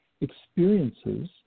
experiences